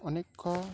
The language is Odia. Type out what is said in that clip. ଅନେକ